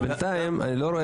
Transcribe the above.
אבל בינתיים.